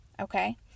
okay